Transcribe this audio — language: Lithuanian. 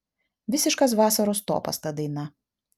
visiškas vasaros topas ta daina